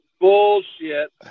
bullshit